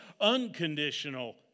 unconditional